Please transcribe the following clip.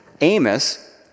Amos